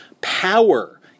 power